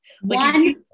One